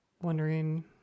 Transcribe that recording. wondering